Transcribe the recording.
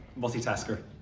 multitasker